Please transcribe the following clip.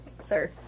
sir